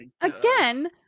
again